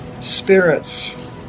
Spirits